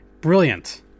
brilliant